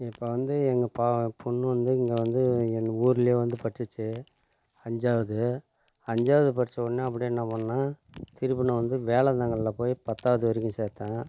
இப்போ வந்து எங்கள் பா பெண்ணு வந்து இங்கே வந்து எங்கள் ஊரிலேயே வந்து படிச்சிச்சு அஞ்சாவது அஞ்சாவது படித்தவொன்னே அப்படியே என்ன பண்ணிணேன் திருப்பி நான் வந்து வேலந்தாங்கலில் போய் பத்தாவது வரைக்கும் சேர்த்தேன்